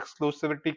exclusivity